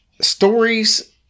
Stories